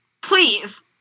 Please